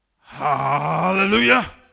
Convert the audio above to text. Hallelujah